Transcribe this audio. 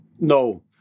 No